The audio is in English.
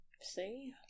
See